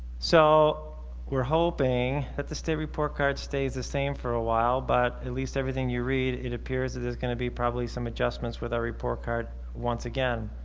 so we're hoping that the state report card stays the same for a while but at least everything you read it appears that there's going to be probably some adjustments with our report card once again